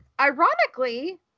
ironically